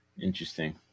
Interesting